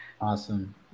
Awesome